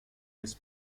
les